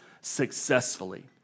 successfully